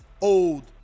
old